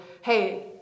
hey